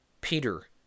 Peter